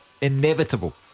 inevitable